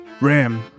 Ram